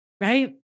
right